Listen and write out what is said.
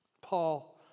Paul